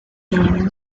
journal